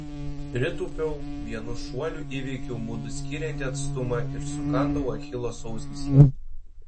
pritūpiau vienu šuoliu įveikiau mudu skiriantį atstumą ir sukandau achilo sausgyslę